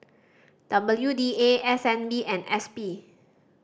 W D A S N B and S P